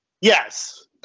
Yes